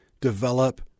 develop